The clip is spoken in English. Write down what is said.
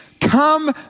come